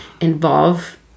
Involve